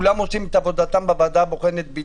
כולם עושים את עבודתם בוועדה הבוחנת בהתנדבות.